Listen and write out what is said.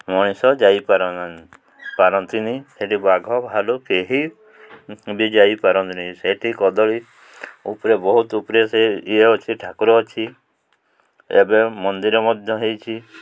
ମଣିଷ ଯାଇପାର ପାରନ୍ତିନି ସେଇଠି ବାଘ ଭାଲୁ କେହି ବି ଯାଇପାରନ୍ତିନି ସେଇଠି କଦଳୀ ଉପରେ ବହୁତ ଉପରେ ସେ ଇଏ ଅଛି ଠାକୁର ଅଛି ଏବେ ମନ୍ଦିର ମଧ୍ୟ ହେଇଛି